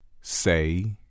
Say